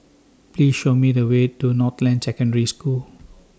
Please Show Me The Way to Northland Secondary School